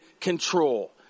control